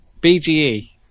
BGE